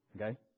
okay